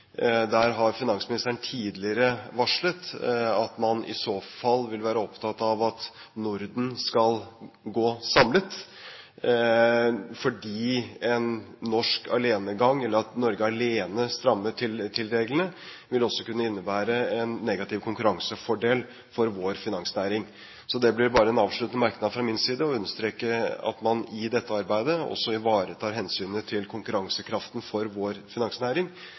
Der har finansministeren tidligere varslet at man i så fall vil være opptatt av at Norden skal gå samlet fordi en norsk alenegang, eller at Norge alene strammer til reglene, også vil kunne innebære en negativ konkurransefordel for vår finansnæring. Så det blir bare en avsluttende merknad fra min side å understreke at man i dette arbeidet også ivaretar hensynet til konkurransekraften for vår finansnæring.